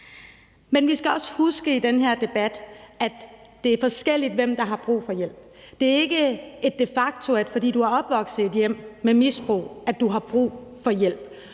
Men vi skal også huske i den her debat, at det er forskelligt, hvem der har brug for hjælp. Det er ikke de facto sådan, at fordi du er opvokset i et hjem med misbrug, har du brug for hjælp.